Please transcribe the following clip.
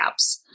apps